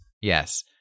Yes